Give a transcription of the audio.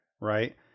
right